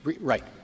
right